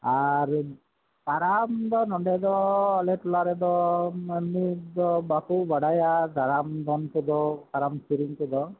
ᱟᱨ ᱠᱟᱨᱟᱢ ᱫᱚ ᱱᱚᱰᱮ ᱫᱚ ᱟᱞᱮ ᱴᱚᱞᱟ ᱨᱮᱫᱚ ᱱᱤᱛ ᱫᱚ ᱵᱟᱠᱚ ᱵᱟᱰᱟᱭᱟ ᱠᱟᱨᱟᱢ ᱫᱚᱱ ᱠᱚᱫᱚ ᱠᱟᱨᱟᱢ ᱥᱮᱨᱮᱧ ᱠᱚᱫᱚ